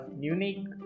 unique